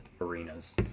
arenas